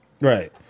Right